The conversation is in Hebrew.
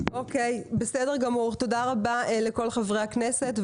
בסדר גמור, תודה רבה לכל חברי הכנסת.